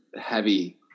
heavy